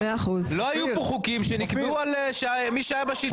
לא היו פה חוקים שנקבעו על ידי מי שהיה בשלטון.